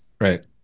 Right